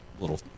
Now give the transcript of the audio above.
little